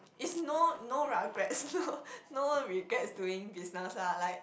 it's no no ragrets no no regrets doing business lah like